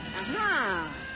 Aha